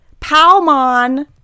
Palmon